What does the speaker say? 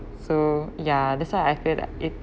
so ya that's why I feel that it